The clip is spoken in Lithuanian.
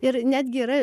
ir netgi yra